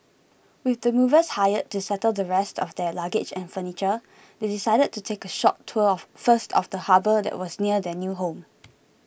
with the movers hired to settle the rest of their luggage and furniture they decided to take a short tour first of the harbour that was near their new home